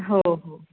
हो हो